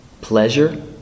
pleasure